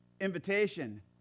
invitation